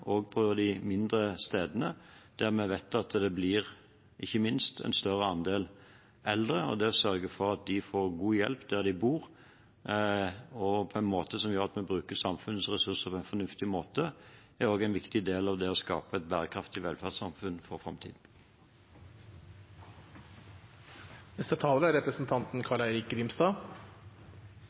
på de mindre stedene, der vi vet at det ikke minst blir en større andel eldre. Det å sørge for at de får god hjelp der de bor, og på en måte som gjør at vi bruker samfunnets ressurser på en fornuftig måte, er også en viktig del av det å skape et bærekraftig velferdssamfunn for framtiden.